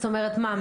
זאת אומרת מה?